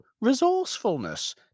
resourcefulness